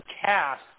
cast